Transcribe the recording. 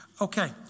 Okay